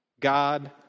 God